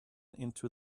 into